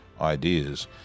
ideas